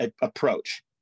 approach